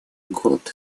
голод